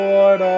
Lord